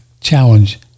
challenge